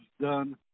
done